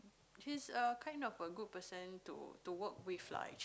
he's a kind of a good person to to work with lah actually